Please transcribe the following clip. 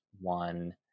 one